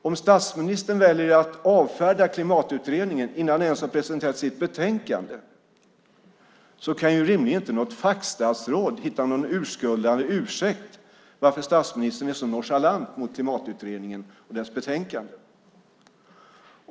Om statsministern väljer att avfärda Klimatutredningen innan den ens har presenterat sitt betänkande kan rimligen inte något fackstatsråd hitta någon urskuldande ursäkt varför statsministern är så nonchalant mot Klimatutredningen och dess betänkande.